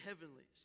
heavenlies